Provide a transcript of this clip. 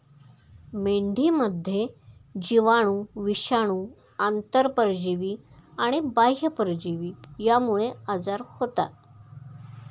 मेंढीमध्ये जीवाणू, विषाणू, आंतरपरजीवी आणि बाह्य परजीवी यांमुळे आजार होतात